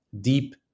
deep